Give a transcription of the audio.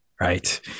Right